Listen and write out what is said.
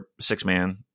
six-man